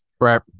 right